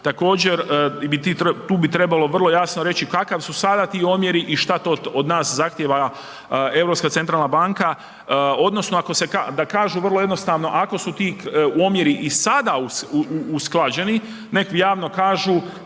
također tu bi trebalo vrlo jasno reći kakvi su sada ti omjeri i šta to od nas zahtjeva Europska centralna banka odnosno da kažu vrlo jednostavno ako su ti omjeri i sada usklađeni, nek javno kažu